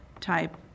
type